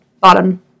bottom